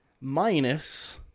Minus